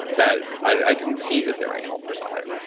that i didn't see that there were any helpers out there.